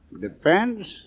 Depends